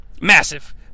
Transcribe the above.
massive